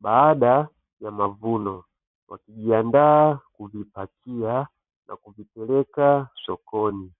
baada ya mavuno wakijiandaa kuvipakia na kuvipeleka sokoni.